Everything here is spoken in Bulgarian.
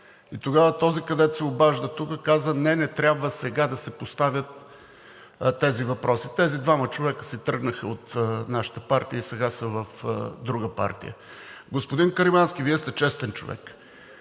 И тогава този, който се обажда тук, каза: „Не, не трябва сега да се поставят тези въпроси.“ Тези двама човека си тръгнаха от нашата партия и сега са в друга партия. Господин Каримански, Вие сте честен човек.